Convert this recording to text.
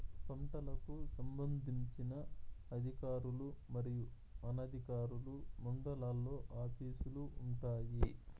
పంటలకు సంబంధించిన అధికారులు మరియు అనధికారులు మండలాల్లో ఆఫీస్ లు వుంటాయి?